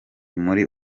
muri